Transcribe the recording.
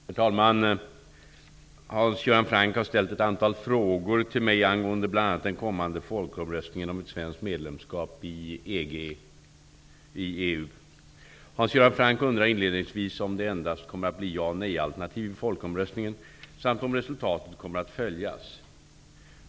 Herr talman! Hans Göran Franck har ställt ett antal frågor till mig angående bl.a. den kommande folkomröstningen om ett svenskt medlemskap i Hans Göran Franck undrar inledningsvis om det endast kommer att bli ja och nej-alternativ i folkomröstningen samt om resultatet kommer att följas.